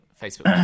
Facebook